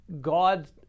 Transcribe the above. God